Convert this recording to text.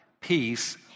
peace